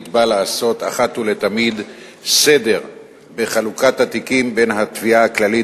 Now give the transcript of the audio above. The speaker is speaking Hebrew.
באה לעשות אחת ולתמיד סדר בחלוקת התיקים בין התביעה הכללית,